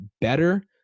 better